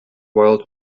wild